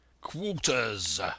Quarters